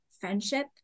friendship